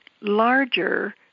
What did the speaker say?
larger